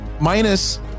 minus